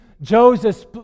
Joseph